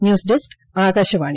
news desk Akashvani